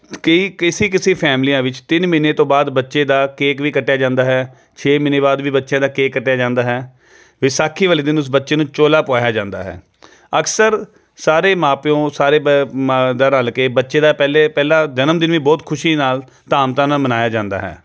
ਕਈ ਕਿਸੀ ਕਿਸੀ ਫੈਮਲੀਆਂ ਵਿੱਚ ਤਿੰਨ ਮਹੀਨੇ ਤੋਂ ਬਾਅਦ ਬੱਚੇ ਦਾ ਕੇਕ ਵੀ ਕੱਟਿਆ ਜਾਂਦਾ ਹੈ ਛੇ ਮਹੀਨੇ ਬਾਅਦ ਵੀ ਬੱਚਿਆਂ ਦਾ ਕੇਕ ਕੱਟਿਆ ਜਾਂਦਾ ਹੈ ਵਿਸਾਖੀ ਵਾਲੇ ਦਿਨ ਉਸ ਬੱਚੇ ਨੂੰ ਚੋਲਾ ਪਵਾਇਆ ਜਾਂਦਾ ਹੈ ਅਕਸਰ ਸਾਰੇ ਮਾਂ ਪਿਓ ਸਾਰੇ ਬ ਮ ਦ ਰਲ ਕੇ ਬੱਚੇ ਦਾ ਪਹਿਲੇ ਪਹਿਲਾ ਜਨਮਦਿਨ ਵੀ ਬਹੁਤ ਖੁਸ਼ੀ ਨਾਲ ਧੂਮ ਧਾਮ ਨਾਲ ਮਨਾਇਆ ਜਾਂਦਾ ਹੈ